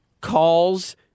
calls